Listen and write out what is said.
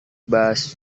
bus